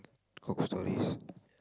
cock stories